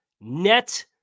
net